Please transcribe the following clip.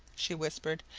she whispered.